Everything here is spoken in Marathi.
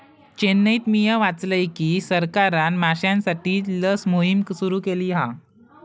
चेन्नईत मिया वाचलय की सरकारना माश्यांसाठी लस मोहिम सुरू केली हा